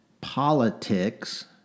politics